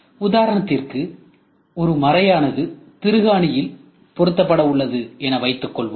உதாரணத்திற்கு ஒருமறையானது திருகாணியில் பொருத்தப்பட்டுள்ளது என வைத்துக்கொள்வோம்